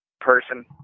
person